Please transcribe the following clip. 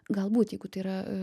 galbūt jeigu tai yra